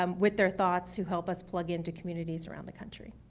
um with their thoughts who help us plug into communities around the country.